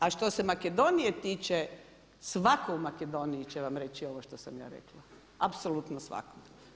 A što se Makedonije tiče svako u Makedoniji će vam reći ovo što sam ja rekla, apsolutno svako.